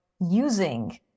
using